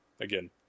Again